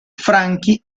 franchi